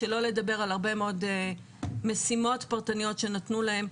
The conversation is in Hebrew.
שלא לדבר על הרבה מאוד משימות פרטניות שנתנו להם.